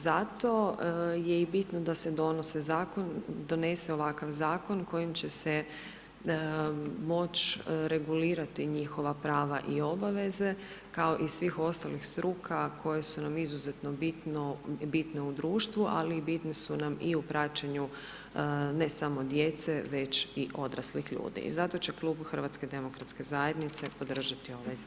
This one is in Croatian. Zato je i bitno da se donose, donese ovakav zakon kojim će se moć regulirati njihova prava i obaveze kao i svih ostalih struka koje su nam izuzetno bitne u društvu ali i bitne su nam i u praćenju ne samo djece veće i odraslih ljudi i zato će Klub HDZ-a podržati ovaj zakon.